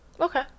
Okay